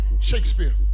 Shakespeare